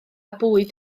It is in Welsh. bwyd